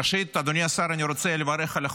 ראשית, אדוני השר, אני רוצה לברך על החוק,